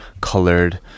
colored